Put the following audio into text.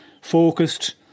focused